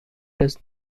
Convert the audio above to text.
does